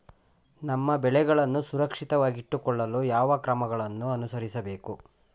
ನಮ್ಮ ಬೆಳೆಗಳನ್ನು ಸುರಕ್ಷಿತವಾಗಿಟ್ಟು ಕೊಳ್ಳಲು ಯಾವ ಕ್ರಮಗಳನ್ನು ಅನುಸರಿಸಬೇಕು?